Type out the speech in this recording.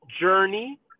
journey